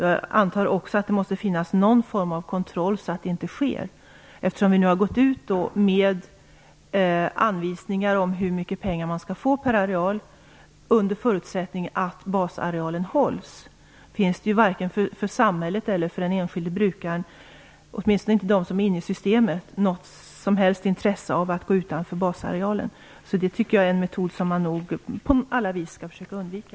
Jag antar också att det måste finnas någon form av kontroll så att det inte sker, eftersom vi nu har gått ut med anvisningar om hur mycket pengar man skall få per areal under förutsättning att basarealen hålls. Då finns det inte något som helst intresse av att gå utanför basarealen, varken för samhället eller för den enskilde brukaren, åtminstone inte för den som är inne i systemet. Jag tycker att det är en metod som man på alla vis skall försöka undvika.